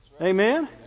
Amen